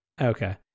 okay